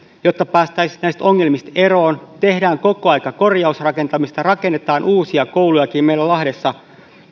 jotta päästäisiin näistä ongelmista eroon tehdään koko ajan korjausrakentamista rakennetaan uusia koulujakin meillä lahdessa